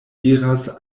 iras